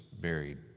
buried